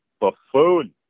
buffoon